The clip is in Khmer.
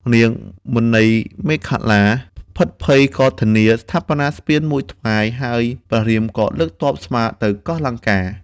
នាង មណីមេខល្លា ភិតភ័យក៏ធានាស្ថាបនាស្ពានមួយថ្វាយ ហើយព្រះរាមក៏លើកទ័ពស្វាទៅកោះលង្កា។